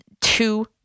two